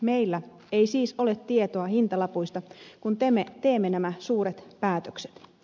meillä ei siis ole tietoa hintalapuista kun teemme nämä suuret päätökset